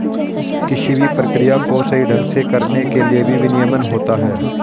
किसी भी प्रक्रिया को सही ढंग से करने के लिए भी विनियमन होता है